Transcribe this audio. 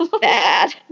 Bad